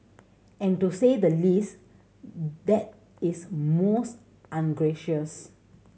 and to say the least that is most ungracious